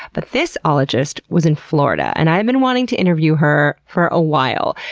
but this ologist was in florida and i've been wanting to interview her for a while,